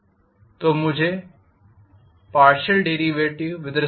मुझे